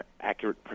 accurate